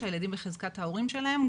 כשהילדים בחזקת ההורים שלהם,